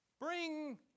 bring